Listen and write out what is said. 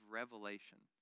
revelation